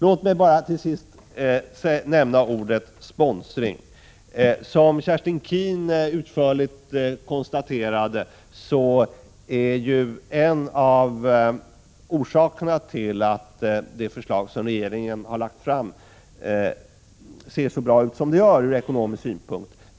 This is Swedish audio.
Låt mig till sist nämna ordet sponsring. Som Kerstin Keen utförligt har redovisat är den satsning som bankerna gör en av orsakerna till att regeringens förslag ser så bra ut som det gör ur ekonomisk synpunkt.